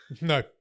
No